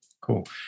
Cool